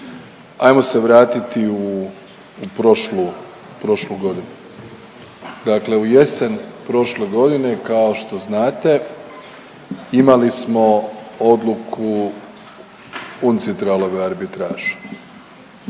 Ajmo se vratiti u prošlu godinu, dakle u jesen prošle godine kao što znate imali smo odluku UNCITRAL-a arbitraža,